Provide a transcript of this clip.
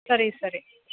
ಸರಿ ಸರಿ